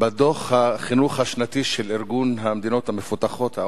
בדוח החינוך השנתי של ארגון המדינות המפותחות,